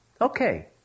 Okay